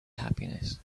happiness